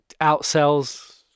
outsells